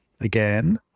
again